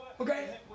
Okay